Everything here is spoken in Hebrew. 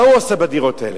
מה הוא עושה בדירות האלה?